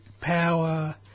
power